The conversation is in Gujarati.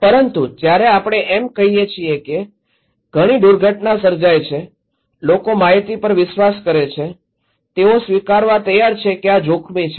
પરંતુ જ્યારે આપણે એમ કહીએ છીએ કે ઘણી દુર્ઘટના સર્જાઈ છે લોકો માહિતી પર વિશ્વાસ કરે છે તેઓ સ્વીકારવા તૈયાર છે કે આ જોખમી છે